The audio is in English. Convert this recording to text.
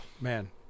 man